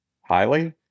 highly